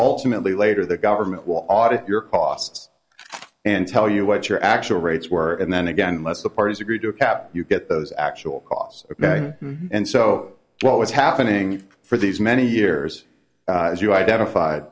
ultimately later the government will audit your costs and tell you what your actual rates were and then again unless the parties agree to a cap you get those actual costs and so what was happening for these many years as you identif